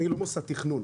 אני לא מוסד תכנון.